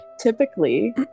typically